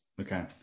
okay